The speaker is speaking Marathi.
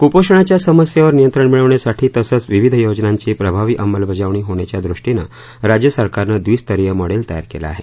कुपोषणाच्या समस्येवर नियंत्रण मिळवण्यासाठी तसंच विविध योजनांची प्रभावी अंमलबजावणी होण्याच्यादृष्टीनं राज्य सरकारनं द्विस्तरीय मॉडेल तयार केलं आहे